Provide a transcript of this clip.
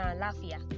lafia